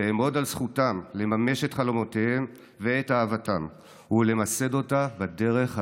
ואעמוד על זכותם לממש את חלומותיהם ואת אהבתם ולמסד אותה בדרך הראויה,